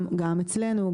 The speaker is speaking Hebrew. גם אצלנו,